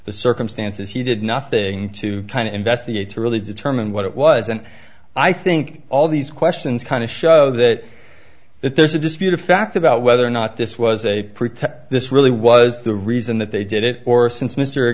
the circumstances he did nothing to kind of investigate to really determine what it was and i think all these questions kind of show that that there's a dispute a fact about whether or not this was a this really was the reason that they did it or since mr